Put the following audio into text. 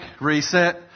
reset